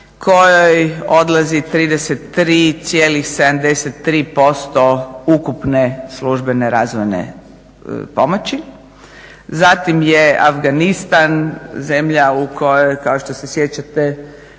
kojoj odlazi 33,73% ukupne službene razvojne pomoći. Zatim je Afganistan, zemlja u kojoj kao što se sjećate